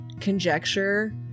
conjecture